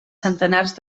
centenars